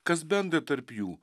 kas bendra tarp jų